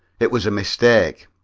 it was a mistake.